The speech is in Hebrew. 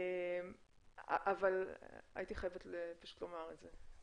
אבל הייתי חייבת לומר את זה.